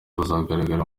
bazagaragara